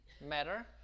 matter